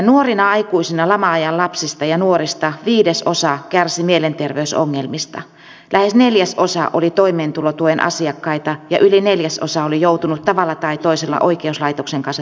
nuorina aikuisina lama ajan lapsista ja nuorista viidesosa kärsi mielenterveysongelmista lähes neljäsosa oli toimeentulotuen asiakkaita ja yli neljäsosa oli joutunut tavalla tai toisella oikeuslaitoksen kanssa tekemisiin